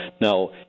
Now